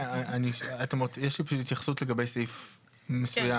יש לי התייחסות לגבי סעיף מסוים.